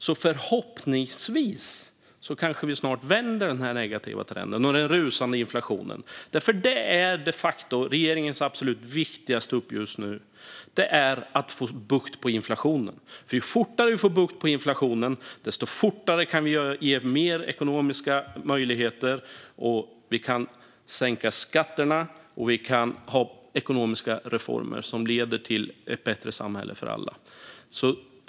Så förhoppningsvis kanske vi snart vänder denna negativa trend och den rusande inflationen. Regeringens absolut viktigaste uppgift just nu är nämligen att få bukt med inflationen. Ju fortare vi får bukt med inflationen, desto fortare kan vi skapa mer ekonomiska möjligheter, sänka skatterna och komma med ekonomiska reformer som leder till ett bättre samhälle för alla.